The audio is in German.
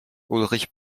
ulrich